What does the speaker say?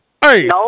Hey